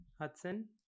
Hudson